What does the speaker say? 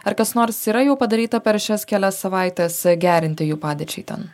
ar kas nors yra jau padaryta per šias kelias savaites gerinti jų padėčiai ten